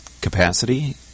capacity